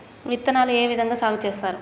విత్తనాలు ఏ విధంగా సాగు చేస్తారు?